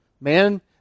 Man